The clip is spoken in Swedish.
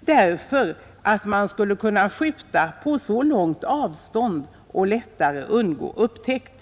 därför att skotten då kan avlossas från långt håll och skyttarna lättare undgår upptäckt.